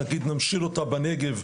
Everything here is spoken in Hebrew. נגיד נמשיל אותה לנגב,